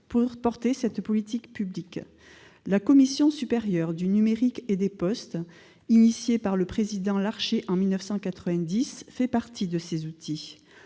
pour porter cette politique publique. La Commission supérieure du numérique et des postes, ou CSNP, initiée par le président Larcher en 1990, fait partie de ces outils.